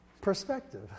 Perspective